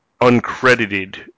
uncredited